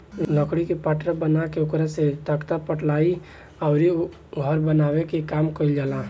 लकड़ी के पटरा बना के ओकरा से तख्ता, पालाइ अउरी घर बनावे के काम कईल जाला